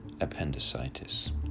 appendicitis